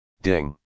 Ding